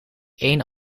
één